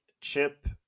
Chip